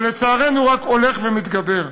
שלצערנו רק הולך ומתגבר.